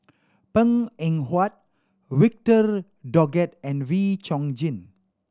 Png Eng Huat Victor Doggett and Wee Chong Jin